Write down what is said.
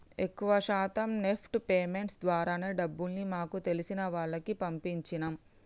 ఎక్కువ శాతం NEFT payments ద్వారానే డబ్బుల్ని మాకు తెలిసిన వాళ్లకి పంపించినం